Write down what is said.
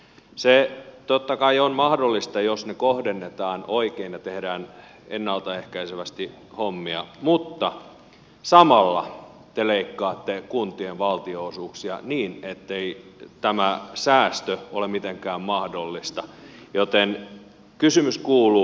se totta kai on mahdollista jos ne kohdennetaan oikein ja tehdään ennalta ehkäisevästi hommia mutta samalla te leikkaatte kuntien valtionosuuksia niin ettei tämä säästö ole mitenkään mahdollista joten kysymys kuuluu